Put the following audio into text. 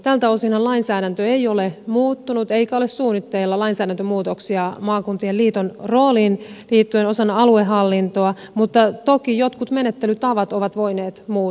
tältä osinhan lainsäädäntö ei ole muuttunut eikä ole suunnitteilla lainsäädäntömuutoksia maakunnan liiton rooliin liittyen osana aluehallintoa mutta toki jotkut menettelytavat ovat voineet muuttua